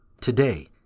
Today